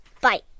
bike